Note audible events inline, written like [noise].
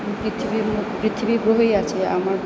পৃথিবীর [unintelligible] পৃথিবী গ্রহেই আছে আমার